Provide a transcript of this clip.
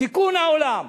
תיקון העולם.